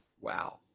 Wow